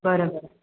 बरं बरं